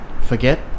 forget